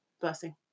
Blessing